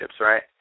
right